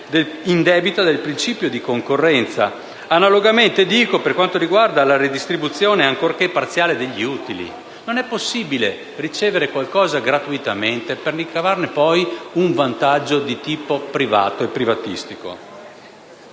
indebita del principio di concorrenza. Analogamente ciò accade per quanto riguarda la redistribuzione, ancorché parziale, con gli utili. Non è possibile ricevere qualcosa gratuitamente per ricavarne poi un vantaggio di tipo privato e privatistico.